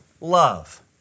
love